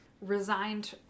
resigned